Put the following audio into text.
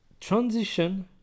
transition